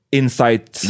insight